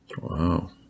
Wow